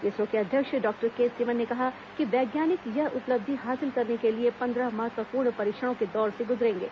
इसरो के अध्यक्ष doctor K Sivan ने कहा कि वैज्ञानिक यह उपलब्धि हासिल करने के लिए पंद्रह महत्वपूर्ण परीक्षणों के दौर से गुजरेंगे